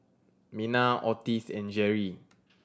Mena Ottis and Jeri